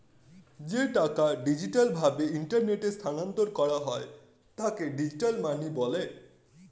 যে টাকা ডিজিটাল ভাবে ইন্টারনেটে স্থানান্তর করা যায় তাকে ডিজিটাল মানি বলে